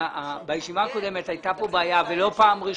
בישיבה הקודמת הייתה כאן בעיה ולא פעם ראשונה.